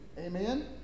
Amen